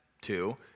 Two